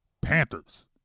Panthers